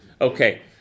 Okay